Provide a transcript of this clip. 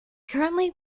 currently